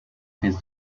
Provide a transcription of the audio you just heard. his